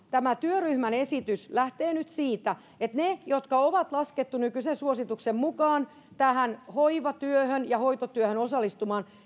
tämä työryhmän esitys lähtee nyt nimenomaan siitä että ne jotka on laskettu nykyisen suosituksen mukaan tähän hoivatyöhön ja hoitotyöhön osallistumaan